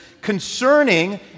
concerning